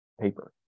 paper